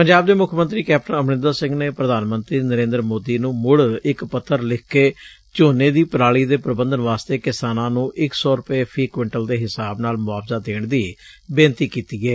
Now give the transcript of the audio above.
ਪੰਜਾਬ ਦੇ ਮੁੱਖ ਮੰਤਰੀ ਕੈਪਟਨ ਅਮਰਿੰਦਰ ਸਿੰਘ ਨੇ ਪ੍ਧਾਨ ਮੰਤਰੀ ਨਰੇਂਦਰ ਮੋਦੀ ਨੂੰ ਮੁੜ ਇਕ ਪੱਤਰ ਲਿੱਖ ਕੇ ਝੋਨੇ ਦੀ ਪਰਾਲੀ ਦੇ ਪ੍ਬੰਧਨ ਵਾਸਤੇ ਕਿਸਾਨਾਂ ਨੂੰ ਇਕ ਸੋ ਰੁਪਏ ਫ਼ੀ ਕੁਇੰਟਲ ਦੇ ਹਿਸਾਬ ਨਾਲ ਮੁਆਵਜ਼ਾ ਦੇਣ ਦੀ ਬੇਨਤੀ ਕੀਤੀ ਏ